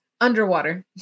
underwater